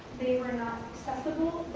they were not accessible.